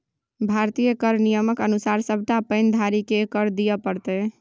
भारतीय कर नियमक अनुसार सभटा पैन धारीकेँ कर दिअ पड़तै